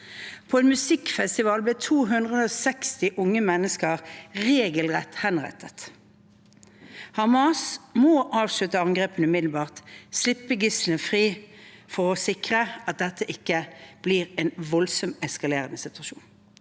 På en musikkfestival ble 260 unge mennesker regelrett henrettet. Hamas må avslutte angrepene umiddelbart og slippe gislene fri, for å sikre at dette ikke blir en voldsomt eskalerende situasjon.